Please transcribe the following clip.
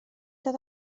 dod